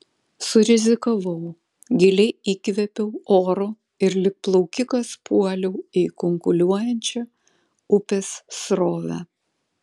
surizikavau giliai įkvėpiau oro ir lyg plaukikas puoliau į kunkuliuojančią upės srovę